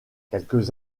quelques